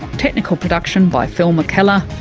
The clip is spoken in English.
technical production by phil mckellar,